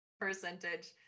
percentage